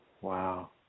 Wow